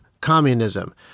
communism